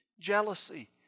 jealousy